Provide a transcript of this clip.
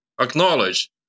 acknowledge